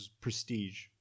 prestige